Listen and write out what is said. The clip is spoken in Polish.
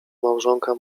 małżonka